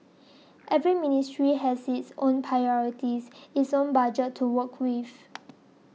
every ministry has its own priorities its own budget to work with